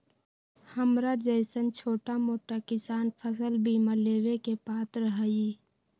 हमरा जैईसन छोटा मोटा किसान फसल बीमा लेबे के पात्र हई?